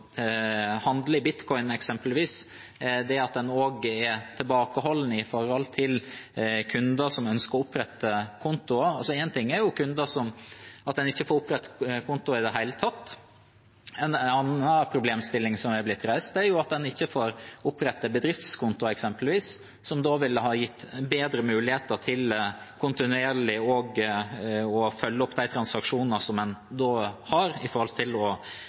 i bitcoin eksempelvis, og er tilbakeholdne med tanke på kunder som ønsker å opprette kontoer. En ting er at en ikke får opprettet konto i det hele tatt. En annen problemstilling som har blitt reist, er at en ikke får opprettet bedriftskonto eksempelvis, som ville ha gitt bedre muligheter for kontinuerlig å følge opp de transaksjoner en har i forhold til